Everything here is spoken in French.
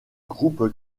groupe